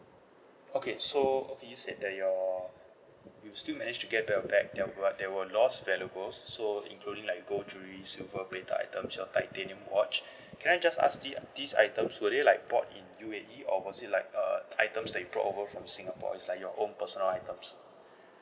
okay so okay you said that your you still manage to get back your bag that we~ there were lost valuables so including like gold jewellery silver plated items your titanium watch can I just ask the~ these items were they like bought in U_A_E or was it like uh items that you brought over from singapore is like your own personal items